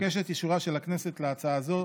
אבקש את אישורה של הכנסת להצעה זו.